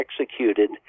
executed